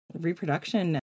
reproduction